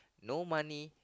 no money